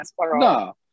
no